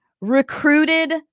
recruited